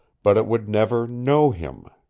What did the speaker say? but it would never know him.